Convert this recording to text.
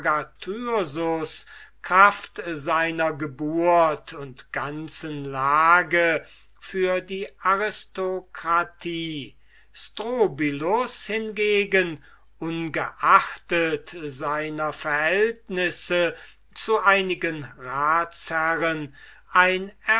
kraft seiner geburt und ganzen lage für die aristokratie strobylus hingegen ohngeachtet seiner verhältnisse zu einigen ratsherren ein